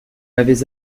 m’avez